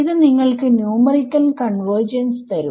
ഇത് നിങ്ങൾക്ക് numerical convergence തരും